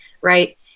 right